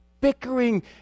bickering